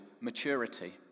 maturity